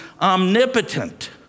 omnipotent